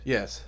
Yes